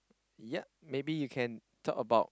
yea maybe you can talk about